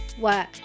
work